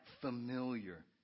familiar